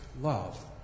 love